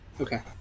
Okay